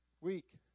week